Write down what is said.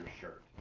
shirt